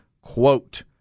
quote